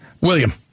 William